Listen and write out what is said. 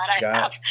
God